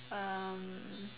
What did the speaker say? um